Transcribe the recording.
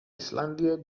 islàndia